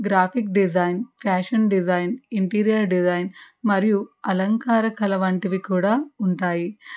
graphic design fashion design interior design మరియు అలంకార కళ వంటివి కూడా ఉంటాయి